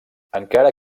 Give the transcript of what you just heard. encara